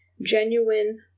Genuine